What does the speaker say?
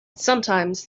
sometimes